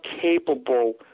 capable